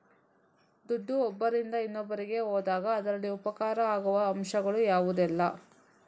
ದುಡ್ಡು ಒಬ್ಬರಿಂದ ಇನ್ನೊಬ್ಬರಿಗೆ ಹೋದಾಗ ಅದರಲ್ಲಿ ಉಪಕಾರ ಆಗುವ ಅಂಶಗಳು ಯಾವುದೆಲ್ಲ?